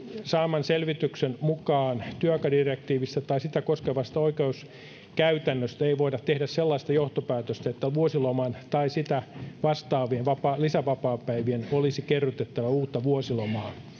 saaman selvityksen mukaan työaikadirektiivistä tai sitä koskevasta oikeuskäytännöstä ei voida tehdä sellaista johtopäätöstä että vuosiloman tai sitä vastaavien lisävapaapäivien olisi kerrytettävä uutta vuosilomaa